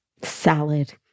salad